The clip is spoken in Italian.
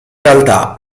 realtà